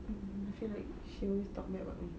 mm I feel like she always talk bad about me